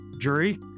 jury